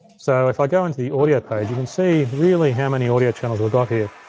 so if i go into the audio page, you can see really how many audio channels we got here.